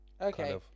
Okay